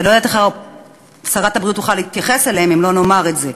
ואני לא יודעת איך שרת הבריאות תוכל להתייחס אליהם אם לא נאמר את זה.